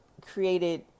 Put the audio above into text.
created